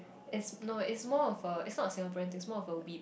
is no is more of a is not a Singaporean thing is more of a whip